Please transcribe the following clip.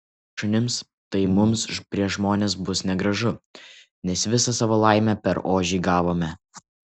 jei išmesime ožį šunims tai mums prieš žmones bus negražu nes visą savo laimę per ožį gavome